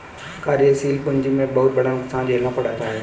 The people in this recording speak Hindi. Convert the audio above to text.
कार्यशील पूंजी में बहुत बड़ा नुकसान झेलना पड़ता है